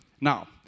Now